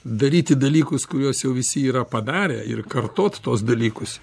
daryti dalykus kuriuos jau visi yra padarę ir kartot tuos dalykus